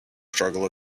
struggle